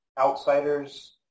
outsider's